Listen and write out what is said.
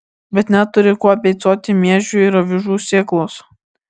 bet neturi kuo beicuoti miežių ir avižų sėklos